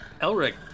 Elric